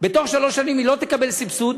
בתוך שלוש שנים היא לא תקבל סבסוד,